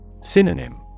Synonym